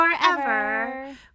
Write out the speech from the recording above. forever